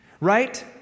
Right